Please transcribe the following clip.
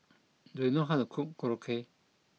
do you know how to cook Korokke